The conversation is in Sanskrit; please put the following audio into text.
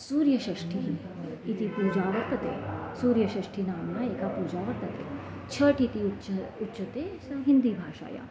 सूर्यषष्टिः इति पूजा वर्तते सूर्यषष्टिनाम्ना एका पूजा वर्तते छट् इति उच्यते उच्यते सा हिन्दिभाषायां